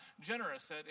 generous